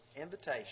invitation